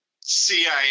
CIA